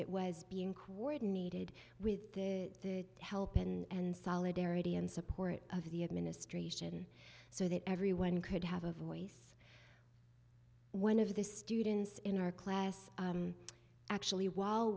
it was being coordinated with the help and solidarity and support of the administration so that everyone could have a voice one of the students in our class actually while